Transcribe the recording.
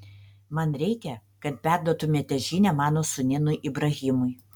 man reikia kad perduotumėte žinią mano sūnėnui ibrahimui